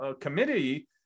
committee